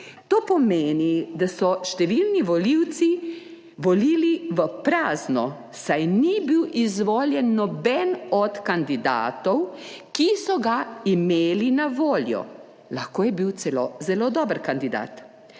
To pomeni, da so številni volivci volili v prazno, saj ni bil izvoljen noben od kandidatov, ki so ga imeli na voljo. Lahko je bil celo zelo dober kandidat.